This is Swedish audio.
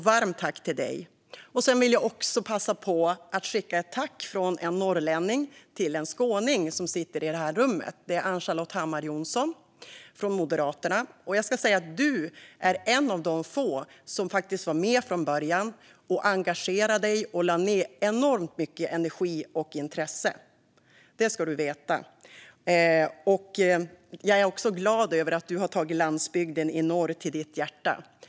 Jag vill också passa på att skicka ett tack från en norrlänning till en skåning som sitter i detta rum. Det är Ann-Charlotte Hammar Johnsson från Moderaterna. Du är en av de få som faktiskt var med från början och engagerade dig och lade ned enormt mycket energi och intresse på detta. Jag är också glad över att du har tagit landsbygden i norr till ditt hjärta.